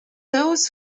those